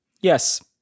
Yes